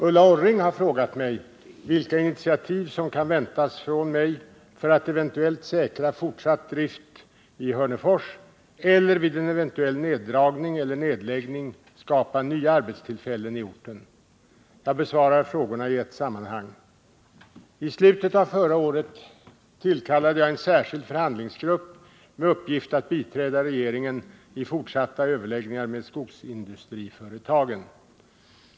Ulla Orring har frågat mig vilka initiativ som kan väntas från mig för att eventuellt säkra fortsatt drift i Hörnefors eller vid en eventuell neddragning eller nedläggning skapa nya arbetstillfällen i orten. Jag besvarar frågorna i ett sammanhang. I slutet av förra året tillkallade jag en särskild förhandlingsgrupp med uppgift att biträda regeringen i fortsatta överläggningar med skogsindustriföretagen.